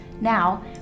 Now